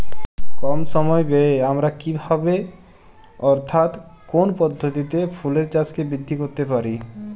কম সময় ব্যায়ে আমরা কি ভাবে অর্থাৎ কোন পদ্ধতিতে ফুলের চাষকে বৃদ্ধি করতে পারি?